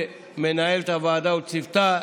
למנהלת הוועדה ולצוותה,